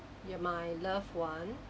your my loved one